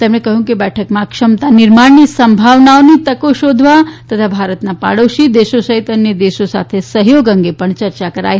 તેમણે કહ્યં કે બેઠકમાં ક્ષમતા નિર્માણની સંભાવનાઓ તકો શોધવા તથા ભારતના પાડોશી દેશો સહિત અન્ય દેશો સાથે સહયોહ અંગે પણ ચર્ચા કરાઇ